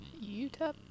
Utah